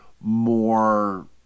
more